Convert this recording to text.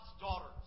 daughters